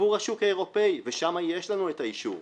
עבור השוק האירופי, ושם יש לנו את האישור.